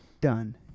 done